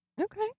Okay